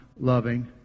loving